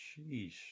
Sheesh